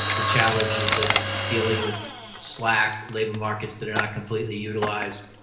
the challenges of dealing with slack, labor markets that are not completely utilized,